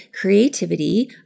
creativity